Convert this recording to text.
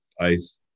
ice